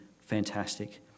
fantastic